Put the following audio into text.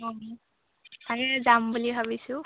অঁ মানে যাম বুলি ভাবিছোঁ